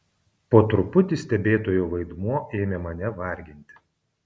po truputį stebėtojo vaidmuo ėmė mane varginti